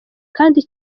kandi